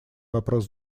вопрос